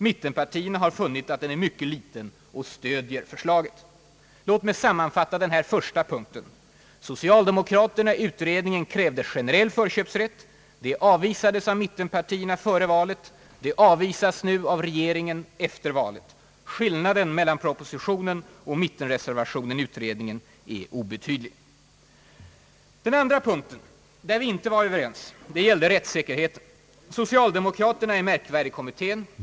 Mittenparlierna har funnit att den är mycket liten och stöder förslaget: : Låt mig sammanfatta :: denna första punkt. Socialdemokraterna i. utredningen krävde generell förköpsrätt. Det avvisades av mittenpartierna före, valet, det avvisas av regeringen nu efter valet, Skillnaden mellan propositionen. och mittenreservationen i utredningen är obetydlig. ; la Den andra punkt där vi inte var. Överens gällde rättssäkerheten. Socialdemokraterna i - markvärdekommittén.